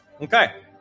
okay